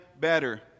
better